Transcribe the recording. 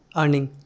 earning